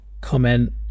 comment